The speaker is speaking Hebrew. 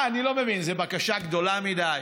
מה, אני לא מבין, זו בקשה גדולה מדי?